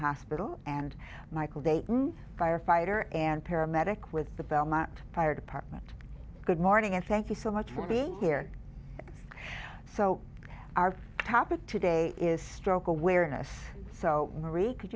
hospital and michael de firefighter and paramedic with the belmont fire department good morning and thank you so much for being here so our topic today is stroke awareness so marie could